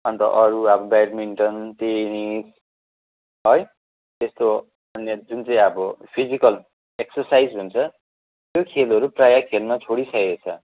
अन्त अरू अब ब्याटमिन्टन टेनिस है त्यस्तो अन्य जुन चाहिँ अब फिजिकल एक्सरसाईज हुन्छ त्यो खेलहरू प्रायः खेल्न छोडिसकेको छ